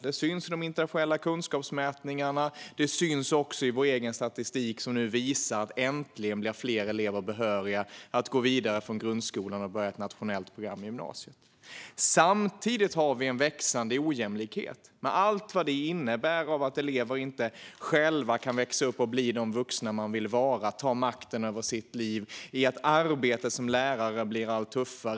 Det syns i de internationella kunskapsmätningarna, och det syns också i vår egen statistik som nu visar att fler elever äntligen blir behöriga att gå vidare från grundskolan för att börja ett nationellt program i gymnasiet. Samtidigt har vi en växande ojämlikhet med allt vad det innebär. Det handlar om att elever inte själva kan växa upp och bli de vuxna som de vill vara och ta makten över sina liv. Det handlar om att arbetet som lärare blir allt tuffare.